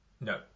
No